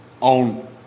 on